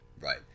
right